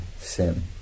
sin